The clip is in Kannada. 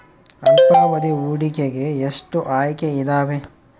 ಅಲ್ಪಾವಧಿ ಹೂಡಿಕೆಗೆ ಎಷ್ಟು ಆಯ್ಕೆ ಇದಾವೇ?